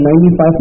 95%